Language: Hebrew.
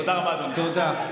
תודה רבה, אדוני.